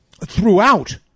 throughout